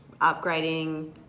upgrading